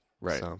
Right